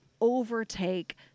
overtake